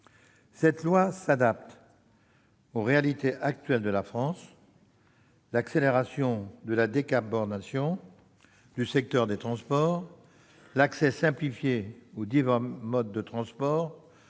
de loi est adapté aux réalités actuelles de la France. L'accélération de la décarbonation du secteur des transports, l'accès simplifié aux divers modes de transports